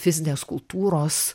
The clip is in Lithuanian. fizinės kultūros